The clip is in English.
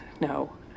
No